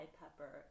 pepper